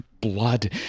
blood